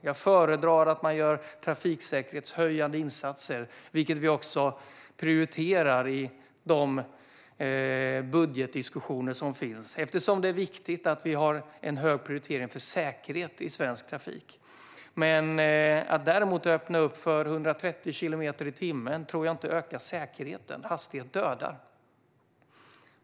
Jag föredrar att man gör trafiksäkerhetshöjande insatser, vilket vi också prioriterar i de budgetdiskussioner som förs, eftersom det är viktigt att vi har en hög prioritering av säkerhet i svensk trafik. Men att öppna för 130 kilometer i timmen tror jag inte ökar säkerheten. Hastighet dödar.